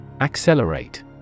Accelerate